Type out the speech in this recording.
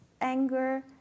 anger